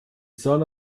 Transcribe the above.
sahne